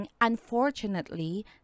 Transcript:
unfortunately